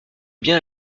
bien